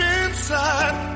inside